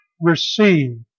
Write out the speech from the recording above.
receive